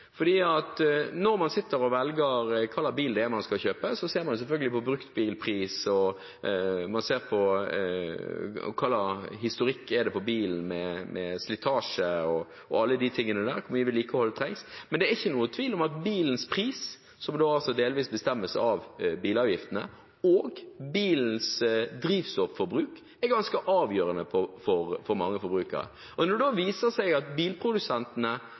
at forbrukere blir lurt. Når man sitter og velger hvilken bil man skal kjøpe, ser man selvfølgelig på bruktbilpris, og man ser på bilens historikk med hensyn til slitasje og hvor mye vedlikehold som trengs. Men det er ingen tvil om at bilens pris, som delvis bestemmes av bilavgiftene, og bilens drivstofforbruk er ganske avgjørende for mange forbrukere. Når det da viser seg at grosset av bilprodusentene